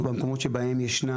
במקומות שבהם ישנה